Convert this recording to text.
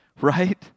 right